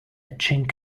chink